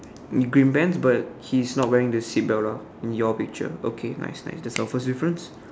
green pants but he's not wearing the seat belt ah in your picture okay nice nice that's our first difference